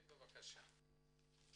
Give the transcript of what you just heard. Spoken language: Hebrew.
כן בבקשה.